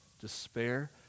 despair